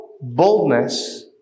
boldness